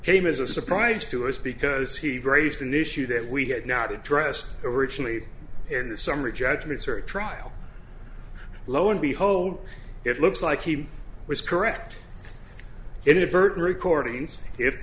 came as a surprise to us because he'd raised an issue that we had not addressed originally in the summary judgment cert trial lo and behold it looks like he was correct it inadvertent recordings if